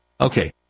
Okay